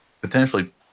potentially